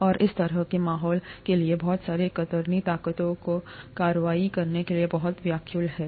और इस तरह के माहौल के लिए बहुत से कतरनी ताकतों को कार्रवाई करने के लिए बहुत व्याकुल है